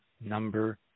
number